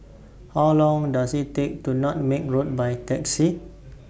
How Long Does IT Take to get to Nutmeg Road By Taxi